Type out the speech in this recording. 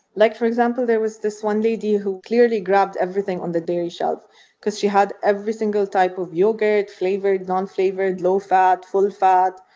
like, for example, there was this one lady who clearly grabbed everything on the dairy shelf because she had every single type of yogurt flavored, non-flavored, low fat, full fat.